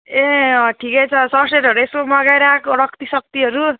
ए अँ ठिकै छ ससेटहरू यसो मगाइराख् रक्तीसक्तीहरू